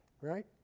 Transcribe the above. right